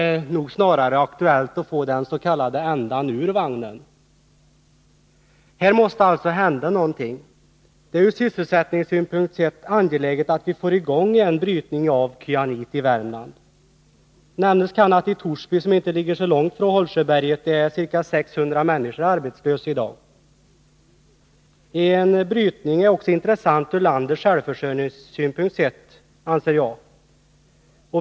Här är det snarare aktuellt att försöka få den s.k. ändan ur vagnen. Det måste alltså hända något. Ur sysselsättningssynpunkt är det angeläget att vi får i gång en brytning av kyanit i Värmland. Nämnas kan att i Torsby, som inte ligger så långt ifrån Hollsjöberget, är ca 600 människor arbetslösa i dag. En brytning är enligt min mening intressant med tanke på landets självförsörjning.